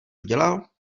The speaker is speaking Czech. udělal